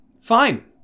fine